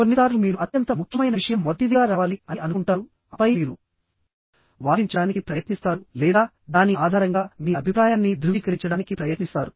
కొన్నిసార్లు మీరు అత్యంత ముఖ్యమైన విషయం మొదటిదిగా రావాలి అని అనుకుంటారు ఆపై మీరు వాదించడానికి ప్రయత్నిస్తారు లేదా దాని ఆధారంగా మీ అభిప్రాయాన్ని ధృవీకరించడానికి ప్రయత్నిస్తారు